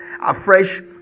afresh